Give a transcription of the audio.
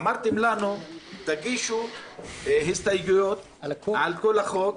אמרתם לנו תגישו הסתייגויות על כל החוק,